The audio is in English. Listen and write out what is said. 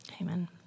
Amen